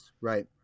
right